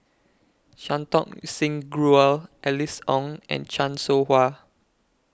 Santokh Singh Grewal Alice Ong and Chan Soh Ha